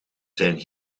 zijn